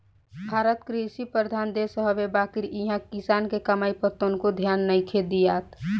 भारत कृषि प्रधान देश हवे बाकिर इहा किसान के कमाई पर तनको ध्यान नइखे दियात